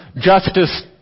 justice